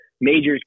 majors